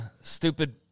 stupid